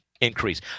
increase